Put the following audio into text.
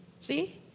See